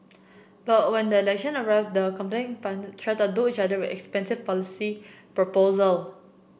but when the election arrived the competing tried to each other with expensive policy proposal